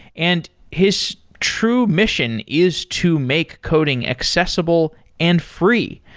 and his true mission is to make coding accessible and free.